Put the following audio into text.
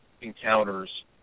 encounters